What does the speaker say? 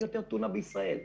אין יותר טונה בישראל.